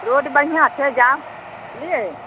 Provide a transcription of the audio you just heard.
road बढ़िआँ छै जाउ बुझलिऐ